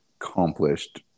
accomplished